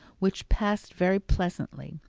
which passed very pleasantly,